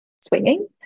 swinging